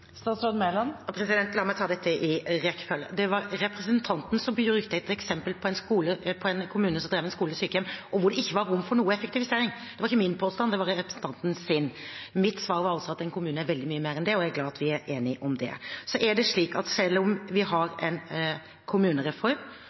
La meg ta dette i rekkefølge: Det var representanten som brukte et eksempel på en kommune som drev med en skole og ett sykehjem, og hvor det ikke var rom for noen effektivisering – det var ikke min påstand, det var representantens. Mitt svar var altså at en kommune er veldig mye mer enn det, og jeg er glad for at vi er enige om det. Så er det slik at selv om vi har en kommunereform